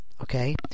okay